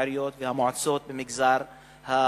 כמו שיש בעיריות ובמועצות במגזר היהודי.